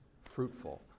fruitful